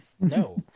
no